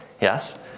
Yes